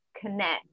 connect